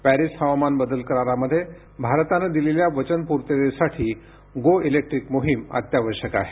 Paris हवामान बदल करारामध्ये भारतानं दिलेल्या वचनपूर्ततेसाठी गो इलेक्ट्रीक मोहिम अत्यावश्यक आहे